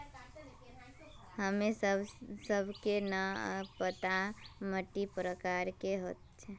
हमें सबके न पता मिट्टी के प्रकार के बारे में?